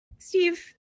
Steve